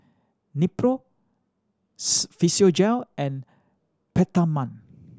Nepro Physiogel and Peptamen